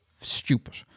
stupid